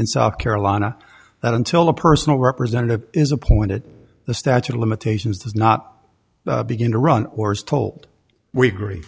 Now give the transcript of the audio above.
in south carolina that until a personal representative is appointed the statute of limitations does not begin to run or is told we agree